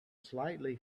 slightly